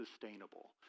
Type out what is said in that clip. sustainable